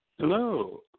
Hello